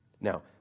Now